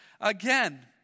again